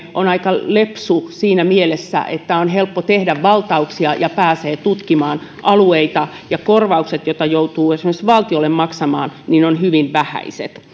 on aika lepsu siinä mielessä että on helppo tehdä valtauksia ja päästä tutkimaan alueita ja korvaukset joita joutuu esimerkiksi valtiolle maksamaan ovat hyvin vähäiset